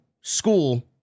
school